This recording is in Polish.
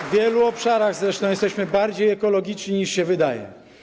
W wielu obszarach zresztą jesteśmy bardziej ekologiczni, niż się wydaje.